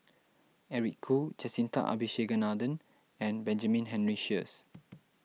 Eric Khoo Jacintha Abisheganaden and Benjamin Henry Sheares